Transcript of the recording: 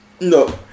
No